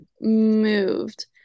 moved